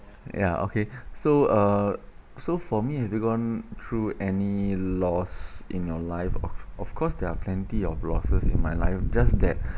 ya okay so uh so for me have you gone through any loss in your life of of course there are plenty of losses in my life just that